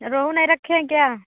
रोहू नहीं रखे हैं क्या